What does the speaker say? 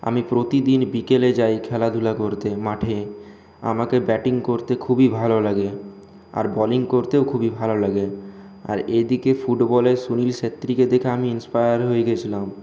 আমি প্রতিদিন বিকেলে যাই খেলাধূলা করতে মাঠে আমার ব্যাটিং করতে খুবই ভালো লাগে আর বোলিং করতেও খুবই ভালো লাগে আর এদিকে ফুটবলে সুনীল ছেত্রীকে দেখে আমি ইনস্পায়ার হয়ে গিয়েছিলাম